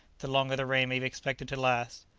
the longer the rain may be expected to last.